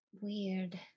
weird